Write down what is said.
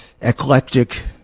eclectic